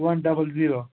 one double zero